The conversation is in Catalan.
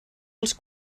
els